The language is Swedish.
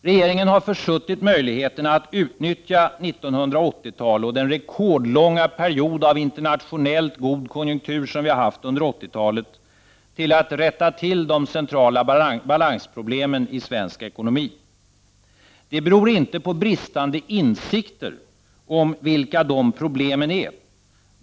Regeringen har försuttit möjligheten att utnyttja 1980-talet, den rekordlånga period av god internationell konjunktur som vi har haft under 1980 talet, till att rätta till de centrala balansproblemen i svensk ekonomi. Det beror inte på brist på insikt om vilka problemen är.